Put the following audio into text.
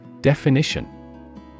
Definition